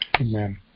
Amen